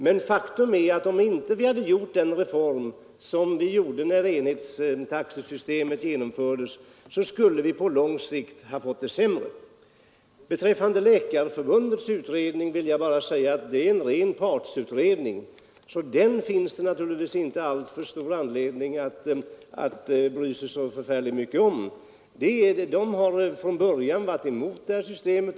Men faktum är att om vi inte gjort den reform vi gjorde när enhetstaxesystemet genomfördes så skulle vi på lång sikt ha fått det sämre. Beträffande Läkarförbundets utredning vill jag påpeka att det är en ren partsutredning så den finns det naturligtvis inte alltför stor anledning att bry sig om. De har från början varit emot det här systemet.